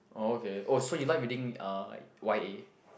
oh okay oh so you like reading uh Y_A